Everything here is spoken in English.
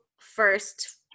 first